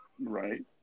Right